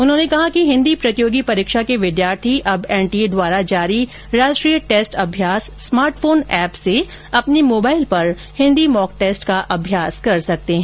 उन्होंने कहा है कि हिंदी प्रतियोगी परीक्षा के विद्यार्थी अब एनटीए द्वारा जारी राष्ट्रीय टेस्ट अभ्यास स्मार्टफोम ऐप से अपने मोबाइल पर हिंदी मॉक टेस्ट का अभ्यास कर सकते हैं